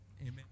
amen